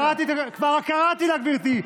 כבר קראתי לה, גברתי.